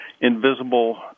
invisible